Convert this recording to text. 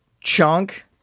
Chunk